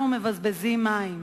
אנחנו מבזבזים מים.